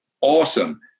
awesome